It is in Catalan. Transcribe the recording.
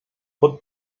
pot